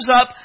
up